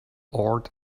awed